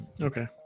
okay